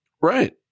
Right